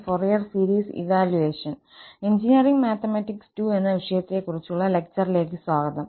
Fourier series evaluation engineering mathematics II എന്ന വിഷയത്തെക്കുറിച്ചുള്ള ലക്ചർലേക്ക് സ്വാഗതം